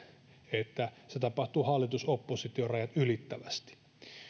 että se tapahtuu hallitus oppositio rajat ylittävästi